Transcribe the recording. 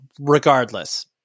regardless